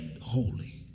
holy